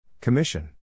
Commission